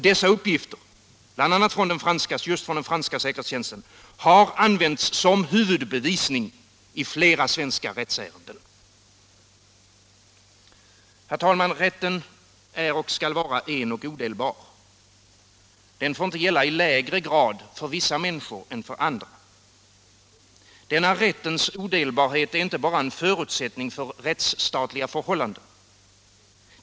Dessa uppgifter — bl.a. från den franska säkerhetstjänsten — har använts som huvudbevisning i flera svenska rättsärenden. Herr talman! Rätten är och skall vara en och odelbar. Den får inte gälla i lägre grad för vissa människor än för andra. Rättens odelbarhet är inte bara en förutsättning för rättsstatliga förhållanden.